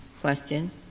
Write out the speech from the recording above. question